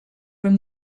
from